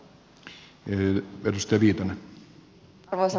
arvoisa puhemies